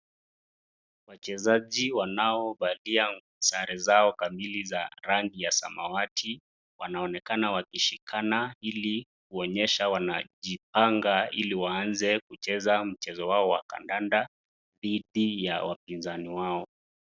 Wachezaji wanaovalia sare zao kamili za rangi ya samawati, wanonekana wakishikana ili kuonyesha wanajipanga, ili waanze kucheza mchezo wao wa kadanda dhidi ya wapinzani wao.